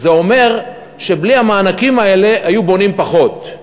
זה אומר שבלי המענקים האלה היו בונים פחות.